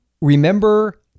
remember